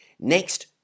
Next